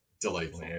delightful